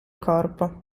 corpo